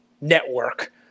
network